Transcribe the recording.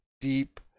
deep